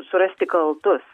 surasti kaltus